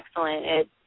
excellent